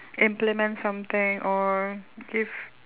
implement something or give